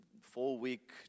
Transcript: four-week